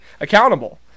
accountable